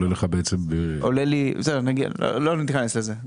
לא ניכנס לזה.